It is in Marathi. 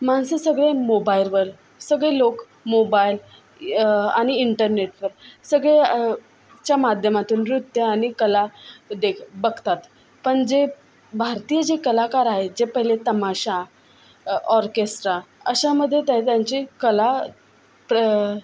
माणसं सगळे मोबाईलवर सगळे लोक मोबाईल आणि इंटरनेटवर सगळे च्या माध्यमातून नृत्य आणि कला देक बघतात पण जे भारतीय जे कलाकार आहेत जे पहिले तमाशा ऑर्केस्ट्रा अशामध्ये ते त्यांची कला प्र